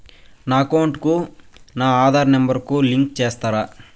నా అకౌంట్ కు నా ఆధార్ నెంబర్ ను లింకు చేసారా